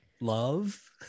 love